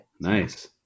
Nice